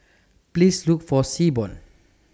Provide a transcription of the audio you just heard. Please Look For Seaborn